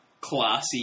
classy